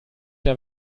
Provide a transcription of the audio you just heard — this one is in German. der